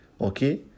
okay